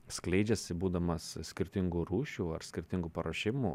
skleidžiasi būdamas skirtingų rūšių ar skirtingų paruošimų